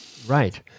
Right